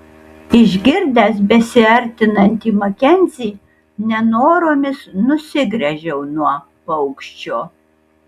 išgirdęs besiartinantį makenzį nenoromis nusigręžiau nuo paukščio